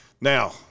Now